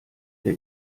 der